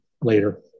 later